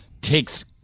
takes